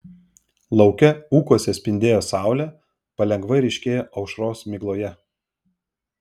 lauke ūkuose spindėjo saulė palengva ryškėjo aušros migloje